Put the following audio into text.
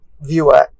viewer